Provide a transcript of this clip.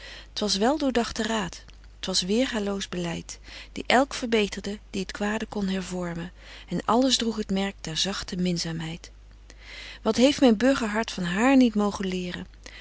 t was wel doordagten raad t was weêrgâloos beleid die elk verbeterde die t kwade kon hervormen en alles droeg het merk der zagte minzaamheid wat heeft myn burgerhart van haar niet mogen leren